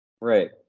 Right